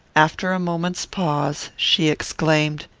after a moment's pause, she exclaimed,